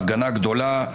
הפגנה גדולה,